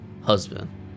husband